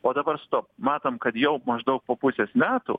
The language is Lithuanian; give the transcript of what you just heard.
o dabar stop matom kad jau maždaug po pusės metų